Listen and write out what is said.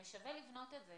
שווה לבנות את זה,